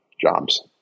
jobs